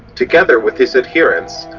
together with his adherents,